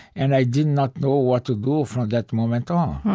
and i did not know what to do from that moment on